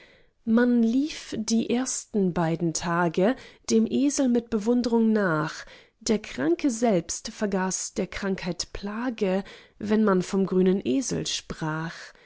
man lief die beiden ersten tage dem esel mit bewundrung nach der kranke selbst vergaß der krankheit plage wenn man vom grünen esel sprach